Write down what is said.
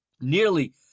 nearly